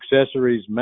Accessories